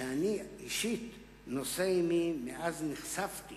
שאני אישית נושא עמי מאז נחשפתי